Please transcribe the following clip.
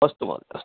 अस्तु महोदय अस्तु